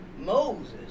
Moses